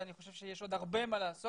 ואני חושב שיש עוד הרבה מה לעשות,